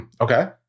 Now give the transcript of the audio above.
okay